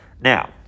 Now